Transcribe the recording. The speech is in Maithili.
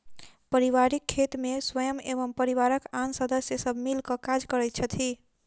पारिवारिक खेत मे स्वयं एवं परिवारक आन सदस्य सब मिल क काज करैत छथि